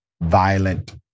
violent